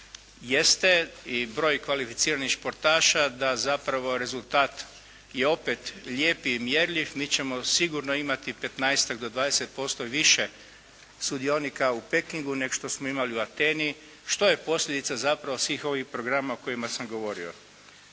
jeste i broj kvalificiranih športaša, da zapravo rezultat je i opet lijep i mjerljiv. Mi ćemo sigurno imati 15-tak do 20% više sudionika u Pekingu nego što smo imali u Ateni, što je posljedica zapravo svih ovih programa o kojima sam govorio.